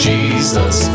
Jesus